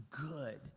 good